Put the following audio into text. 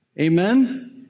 Amen